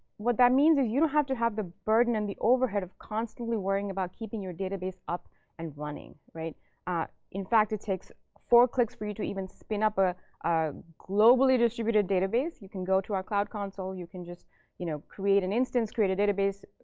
what that means is you don't have to have the burden and the overhead of constantly worrying about keeping your database up and running. in fact, it takes four clicks for you to even spin up a ah globally-distributed database. you can go to our cloud console. you can just you know create an instance, create a database,